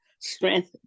Strength